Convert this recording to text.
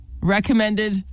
recommended